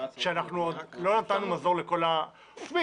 ועדיין לא נתנו מזור לכל הנושאים.